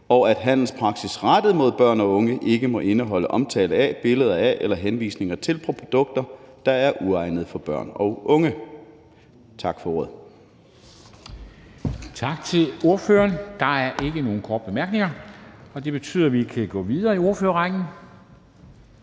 og handelspraksis rettet mod børn og unge må ikke indeholde omtale af, billeder af eller henvisninger til produkter, der er uegnede for børn og unge. Tak for ordet.